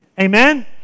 Amen